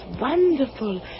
wonderful